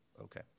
okay